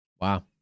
wow